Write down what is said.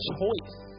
choice